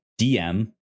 DM